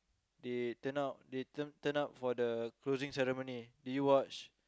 they turn out they turn turn up for the closing ceremony did you watch